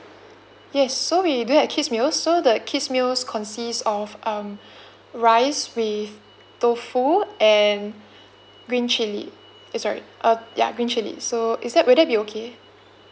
yes so we do have kids meals so the kids meals consists of um rice with tofu and green chilli eh sorry uh ya green chilli so is that will that be okay